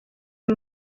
aya